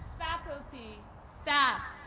faculty, staff,